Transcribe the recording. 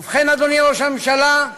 ובכן, אדוני ראש הממשלה,